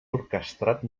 orquestrat